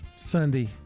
Sunday